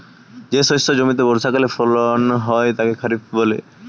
যে শস্য জমিতে বর্ষাকালে ফলন হয় তাকে খরিফ বলে